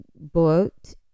booked